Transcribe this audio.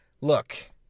look